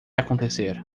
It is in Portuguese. acontecer